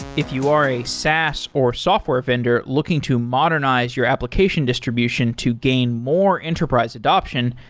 if you are a saas or software vendor looking to modernize your application distribution to gain more enterprise adoption,